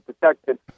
protected